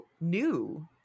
new